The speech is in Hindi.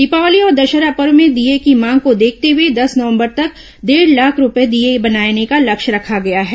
दीपावली और दशहरा पर्व में दीये की मांग को देखते हुए दस नवंबर तक डेढ़ लाख दीये बनाने का लक्ष्य रखा गया है